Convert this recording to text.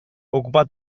ocupa